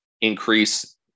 increase